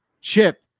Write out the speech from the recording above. chip